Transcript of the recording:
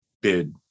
bid